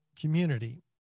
community